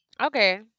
Okay